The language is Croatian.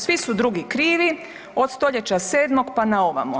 Svi su drugi krivi od stoljeća 7. pa na ovamo.